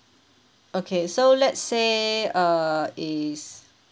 okay so let's say err is